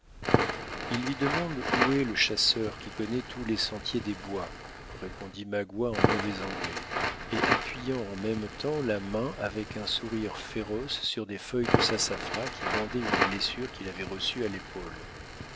ils lui demandent où est le chasseur qui connaît tous les sentiers des bois répondit magua en mauvais anglais et appuyant en même temps la main avec un sourire féroce sur des feuilles de sassafras qui bandaient une blessure qu'il avait reçue à l'épaule